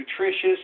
nutritious